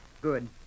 Good